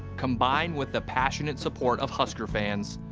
combined with the passionate support of husker fans,